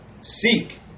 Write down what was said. Seek